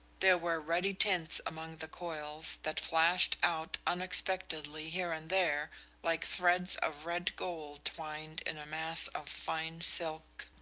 there were ruddy tints among the coils, that flashed out unexpectedly here and there like threads of red gold twined in a mass of fine silk.